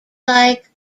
like